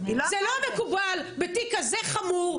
זה לא מקובל בתיק כזה חמור,